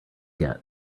get